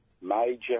major